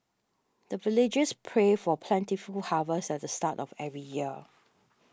the villagers pray for plentiful harvest at the start of every year